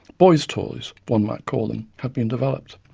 boys' toys one might call them, have been developed,